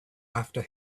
after